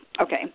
Okay